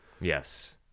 Yes